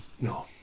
No